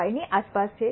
5 ની આસપાસ છે